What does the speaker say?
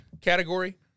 category